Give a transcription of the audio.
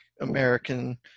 american